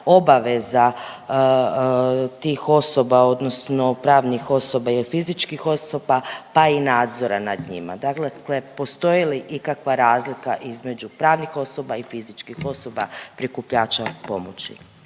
obaveza tih osoba odnosno pravnih osoba ili fizičkih osoba pa i nadzora nad njima. Dakle, postoji li ikakva razlika između pravnih osoba i fizičkih osoba, prikupljača pomoći.